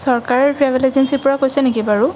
চৰকাৰৰ ট্ৰেভেল এজেঞ্চিৰ পৰা কৈছে নেকি বাৰু